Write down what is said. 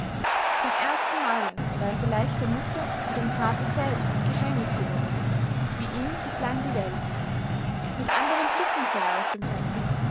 zum ersten male war er vielleicht der mutter und dem vater selbst geheimnis geworden wie ihm bislang die welt mit anderen blicken sah er aus dem fenster